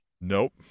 Nope